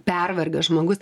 pervargęs žmogus